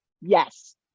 Yes